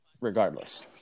regardless